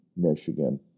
Michigan